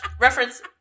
reference